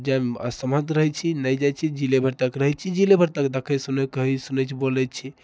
जाएमे असमर्थ रहैत छी नहि जाइत छी जिले भरि तक रहैत छी जिले भरि तक देखैत सुनैत कहैत सुनैत छी बोलैत छी